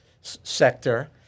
sector